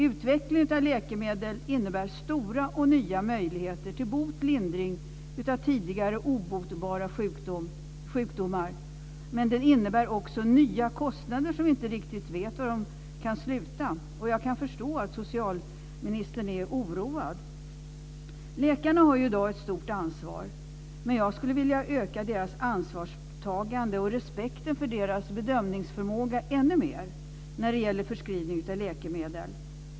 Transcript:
Utvecklingen av läkemedel innebär stora och nya möjligheter till bot och lindring av tidigare obotbara sjukdomar. Men den innebär också nya kostnader, och vi vet inte riktigt var det kan sluta. Jag kan förstå att socialministern är oroad. Läkarna har ett stort ansvar i dag, men jag skulle vilja öka deras ansvarstagande och respekten för deras bedömningsförmåga ännu mer när det gäller förskrivning av läkemedel.